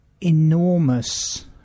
enormous